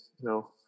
no